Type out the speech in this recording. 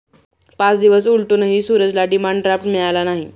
पाच दिवस उलटूनही सूरजला डिमांड ड्राफ्ट मिळाला नाही